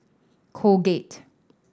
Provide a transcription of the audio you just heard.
Colgate